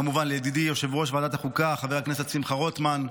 כמובן לידידי יושב-ראש ועדת החוקה חבר הכנסת שמחה רוטמן,